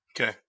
Okay